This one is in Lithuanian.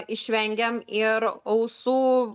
išvengiam ir ausų